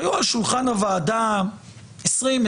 היו השולחן הוועדה 20,